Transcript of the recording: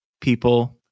people